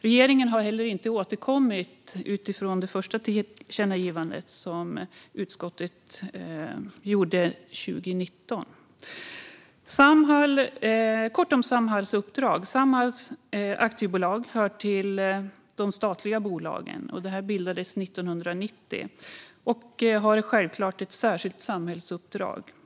Regeringen har heller inte återkommit utifrån det första tillkännagivandet, som utskottet gjorde 2019. Låt mig säga något kort om Samhalls uppdrag. Samhall AB hör till de statliga bolagen. Det bildades 1990 och har självklart ett särskilt samhällsuppdrag.